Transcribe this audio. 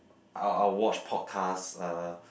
I'll I'll watch podcasts uh